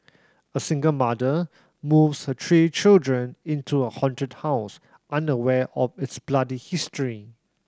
a single mother moves her three children into a haunted house unaware of its bloody history